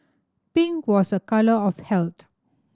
pink was a colour of health